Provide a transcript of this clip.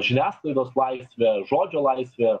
žiniasklaidos laisvė žodžio laisvė